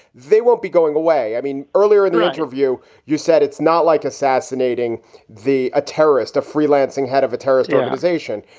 they won't be going away. i mean, earlier in the interview, you said it's not like assassinating the a terrorist, a freelancing head of a terrorist organization.